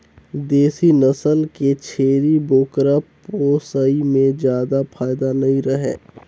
देसी नसल के छेरी बोकरा पोसई में जादा फायदा नइ रहें